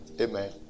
Amen